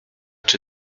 czy